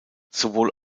sowohl